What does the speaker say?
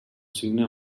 signe